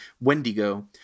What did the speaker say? Wendigo